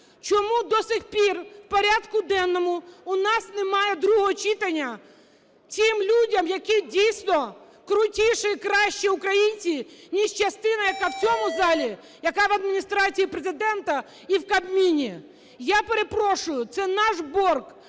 Чому до сих пір у порядку денному у нас немає другого читання тим людям, які дійсно крутіші і кращі українці, ніж частина, яка в цьому залі, яка в Адміністрації Президента і в Кабміні? Я перепрошую, це наш борг